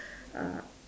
uh